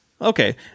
Okay